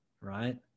right